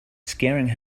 scaring